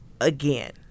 again